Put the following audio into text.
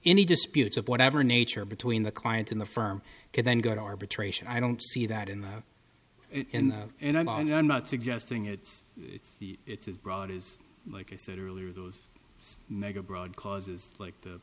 any disputes of whatever nature between the client in the firm and then go to arbitration i don't see that in the in and i'm on i'm not suggesting it's the it's a broad is like i said earlier those mega broad causes like the